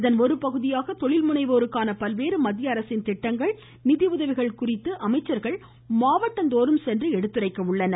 இதன் ஒருபகுதியாக தொழில்முனைவோருக்கான பல்வேறு மத்திய அரசின் திட்டங்கள் நிதியுதவிகள் குறித்து அமைச்சர்கள் மாவட்டந்தோறும் சென்று எடுத்துரைக்க உள்ளனர்